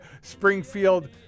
Springfield